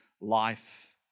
life